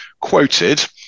quoted